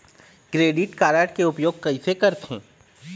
Credit card के उपयोग कैसे करथे?